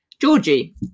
Georgie